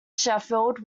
sheffield